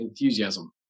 enthusiasm